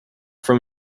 from